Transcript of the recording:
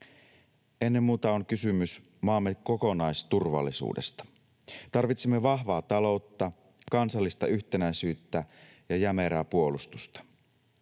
Ennen muuta on kysymys maamme kokonaisturvallisuudesta. Tarvitsemme vahvaa taloutta, kansallista yhtenäisyyttä ja jämerää puolustusta.